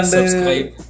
subscribe